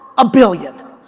a billion.